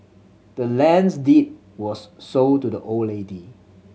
the land's deed was sold to the old lady